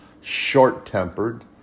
short-tempered